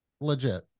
legit